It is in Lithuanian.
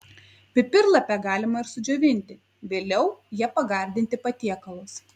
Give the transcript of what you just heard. pipirlapę galima ir sudžiovinti vėliau ja pagardinti patiekalus